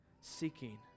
seeking